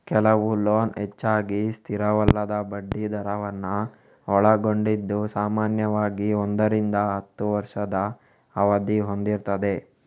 ಕೆಲವು ಲೋನ್ ಹೆಚ್ಚಾಗಿ ಸ್ಥಿರವಲ್ಲದ ಬಡ್ಡಿ ದರವನ್ನ ಒಳಗೊಂಡಿದ್ದು ಸಾಮಾನ್ಯವಾಗಿ ಒಂದರಿಂದ ಹತ್ತು ವರ್ಷದ ಅವಧಿ ಹೊಂದಿರ್ತದೆ